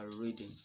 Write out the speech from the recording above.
reading